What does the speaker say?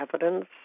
evidence